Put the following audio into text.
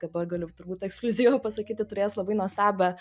dabar galiu turbūt ekskliuzyvą pasakyti turės labai nuostabią